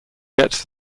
gets